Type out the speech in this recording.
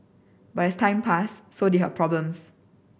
but as time passed so did her problems